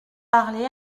parler